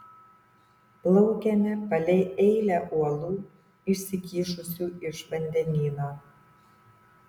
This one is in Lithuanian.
plaukėme palei eilę uolų išsikišusių iš vandenyno